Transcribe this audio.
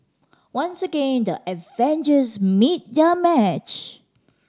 once again the Avengers meet their match